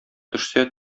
төшсә